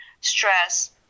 stress